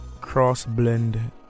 cross-blend